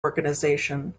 organization